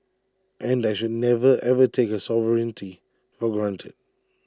and I should never ever take her sovereignty for granted